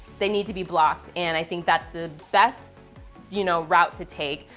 they need to be blocked, and i think that's the best you know route to take.